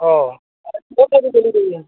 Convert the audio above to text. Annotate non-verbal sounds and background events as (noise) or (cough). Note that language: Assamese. অঁ (unintelligible)